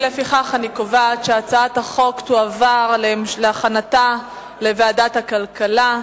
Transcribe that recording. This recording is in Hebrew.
לפיכך אני קובעת שהצעת החוק תועבר להכנה בוועדת הכלכלה.